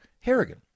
Harrigan